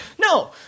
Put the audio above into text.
No